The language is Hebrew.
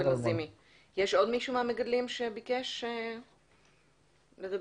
יש עוד מישהו מהמגדלים שביקש לדבר?